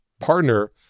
partner